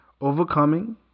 overcoming